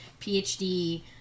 PhD